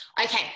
Okay